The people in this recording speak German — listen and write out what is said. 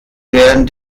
während